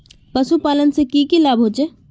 पशुपालन से की की लाभ होचे?